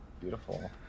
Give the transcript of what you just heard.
Beautiful